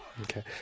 Okay